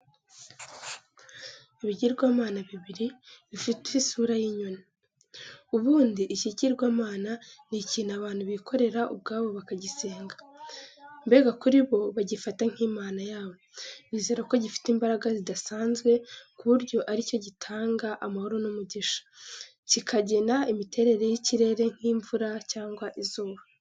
Ibigirwamana bibiri bifite isura y'inyoni. Ubundi ikigirwamana ni ikintu abantu bikorera ubwabo bakagisenga, mbega kuri bo bagifata nk'Imana yabo. Bizera ko gifite imbaraga zidasanzwe ku buryo ari cyo gitanga amahoro n'umugisha, kikagena imiterere y'ikirere nk'imvura cyangwa izuba.